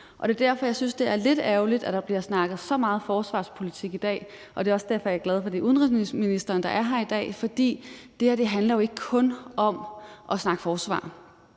Det er derfor, jeg synes, det er lidt ærgerligt, at der bliver snakket så meget forsvarspolitik i dag, og det er også derfor, jeg er glad for, at det er udenrigsministeren, der er her i dag. For det her handler ikke kun om at snakke forsvar.